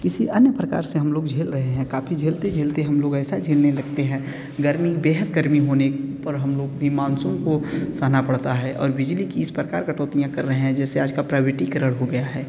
किसी अन्य प्रकार से हम लोग झेल रहे हैं काफ़ी झेलते झेलते हम लोग ऐसा झेलने लगते हैं गर्मी बेहद गर्मी होने पर हम लोग ये मानसून को सहना पड़ता है और बिजली कि इस परकार कटौतियाँ कर रहे हैं जैसे आज का प्राइवेटिकरण हो गया है